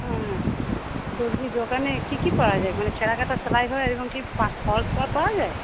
হ্যাঁ দর্জির দোকানে কি কি পাওয়া যায় মানে ছেঁড়া কাটার সেলাই হয় এরকম কি ফলস পাড় পাওয়া যায়